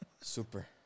Super